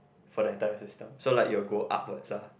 for the entire system so like you would go upwards lah